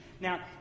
Now